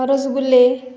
रसगुल्ले